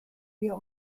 wir